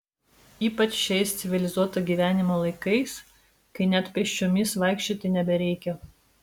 ypač šiais civilizuoto gyvenimo laikais kai net pėsčiomis vaikščioti nebereikia